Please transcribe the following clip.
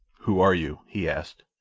who are you? he asked.